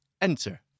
Enter